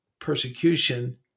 persecution